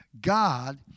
God